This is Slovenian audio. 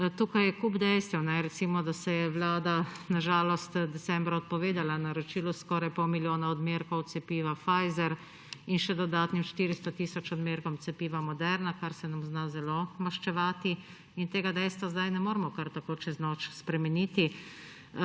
Tukaj je namreč kup dejstev. Recimo, da se je vlada na žalost decembra odpovedala naročilu skoraj pol milijona odmerkov Pfizer in še dodatnim 400 tisoč odmerkom cepiva Moderna, kar se nam zna zelo maščevati, a tega dejstva zdaj ne moremo kar tako čez noč spremeniti.